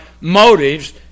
motives